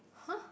!huh!